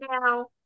now